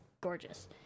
gorgeous